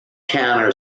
counter